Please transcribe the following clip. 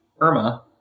Irma